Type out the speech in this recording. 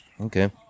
Okay